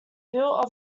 built